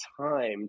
time